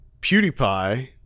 PewDiePie